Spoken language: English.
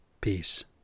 Peace